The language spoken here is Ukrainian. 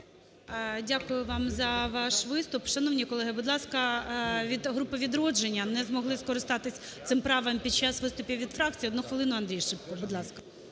Дякую вам за ваш виступ. Шановні колеги, будь ласка, від групи "Відродження" не змогли скористатись цим правом під час виступів від фракцій. Одну хвилину, Андрій Шипко. Будь ласка.